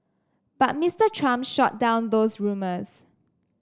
but Mister Trump shot down those rumours